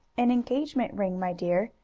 an engagement ring, my dear,